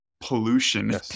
pollution